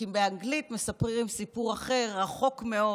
כי באנגלית מספרים סיפור אחר, רחוק מאוד